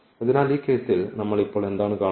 അതിനാൽ ഈ കേസിൽ നമ്മൾ ഇപ്പോൾ എന്താണ് കാണുന്നത്